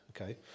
Okay